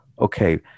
okay